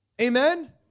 Amen